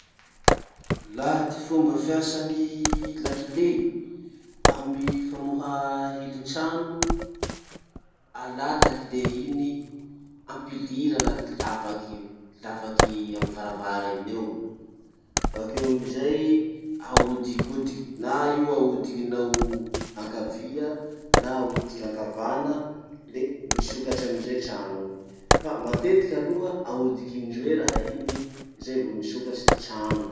Laha ty fomba fiasa gny lakile amy famoha hilintrano. Alà lakile iny, ampiliry anaty lavaky lavaky amy varavara iny eo, bakeo amizay, aodikodiky. Na io aodikinao ankavia, na aodiky ankavana, le misokatry amizay trano iny. Fa matetiky aloha, aodiky indroa raha iny zay vo misokatry ty trano.